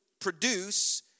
produce